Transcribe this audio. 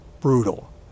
brutal